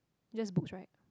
just book right